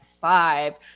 five